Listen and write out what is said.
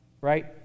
right